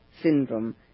syndrome